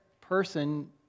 person